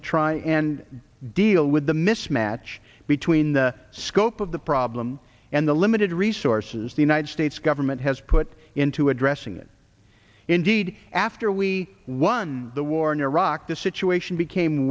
to try and deal with the mismatch between the scope of the problem and the limited resources the united states government has put into addressing it indeed after we won the war in iraq the situation became